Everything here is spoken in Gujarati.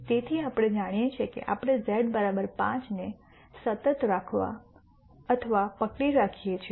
તેથી આપણે જાણીએ છીએ કે આપણે z 5 ને સતત રાખવા અથવા પકડી રાખીએ છીએ